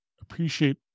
appreciate